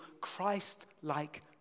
Christ-like